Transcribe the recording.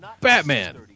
Batman